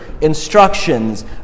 instructions